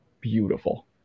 beautiful